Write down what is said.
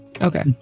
Okay